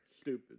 Stupid